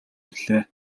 ирлээ